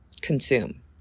consume